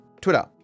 twitter